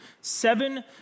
Seven